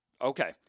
Okay